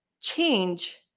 change